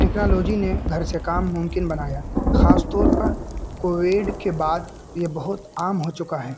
technology نے گھر سے کام ممکن بنایا خاص طور پر کوویڈ کے بعد یہ بہت عام ہو چکا ہے